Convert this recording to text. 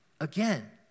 again